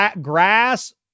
grass